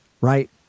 Right